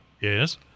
Yes